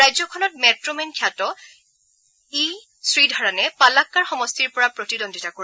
ৰাজ্যখনত metro man খ্যাত ই শ্ৰীধৰণে পালাক্বাৰ সমষ্টিৰ পৰা প্ৰতিদ্বন্দ্বিতা কৰিব